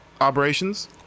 operations